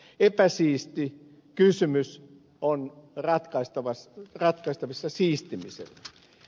epäsiisti kysymys on ratkaistavissa siistimisellä